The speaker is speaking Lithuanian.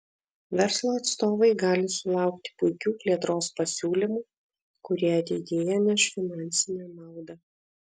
verslo atstovai gali sulaukti puikių plėtros pasiūlymų kurie ateityje neš finansinę naudą